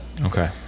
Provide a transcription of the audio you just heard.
Okay